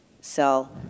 sell